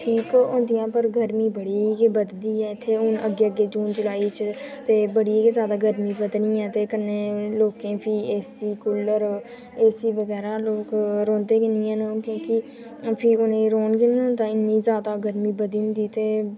ठीक होंदियां पर गर्मी बड़ी गै बड़ी बधदी ऐ इत्थै ते अग्गें अग्गें जून जूलाई च ते बड़ी गै जादै गर्मी बधनी ऐ ते कन्नै लोकें फिर एसी कूलर एसी बगैरा ऐ नी हू'न रौहंदे बी नेईं है'न क्योंकि फिर उ'नेंगी रौहन निं होदा इ'न्नी जादै गर्मी बधी दी ते